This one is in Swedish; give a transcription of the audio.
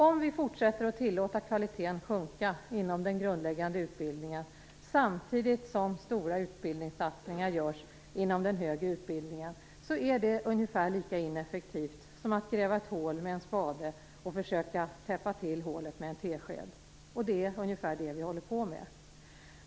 Om vi fortsätter att tillåta kvaliteten att sjunka inom den grundläggande utbildningen samtidigt som stora utbildningssatsningar görs inom den högre utbildningen är det ungefär lika ineffektivt som att gräva ett hål med en spade och sedab försöka täppa till hålet med en tesked. Det är ungefär det vi håller på med.